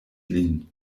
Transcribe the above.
lin